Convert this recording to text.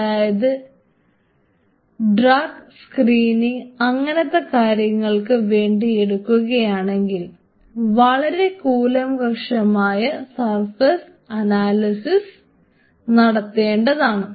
അതായത് drug screening അങ്ങനത്തെ കാര്യങ്ങൾക്ക് വേണ്ടി എടുക്കുകയാണെങ്കിൽ വളരെ കൂലംകക്ഷമായ സർഫസ് അനാലിസിസ് നടത്തേണ്ടിയിരിക്കുന്നു